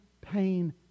pain